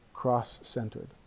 Cross-centered